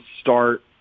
start